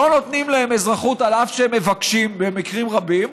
שלא נותנים להם אזרחות אף שהם מבקשים במקרים רבים,